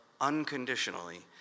unconditionally